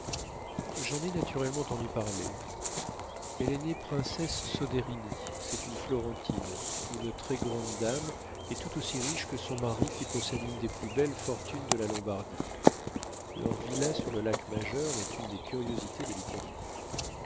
j'en ai naturellement entendu parler elle est née princesse soderini c'est une florentine une très-grande dame et tout aussi riche que son mari qui possède une des plus belles fortunes de la lombardie leur villa sur le lac majeur est une des curiosités de l'italie